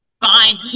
Fine